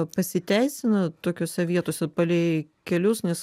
pasiteisina tokiose vietose palei kelius nes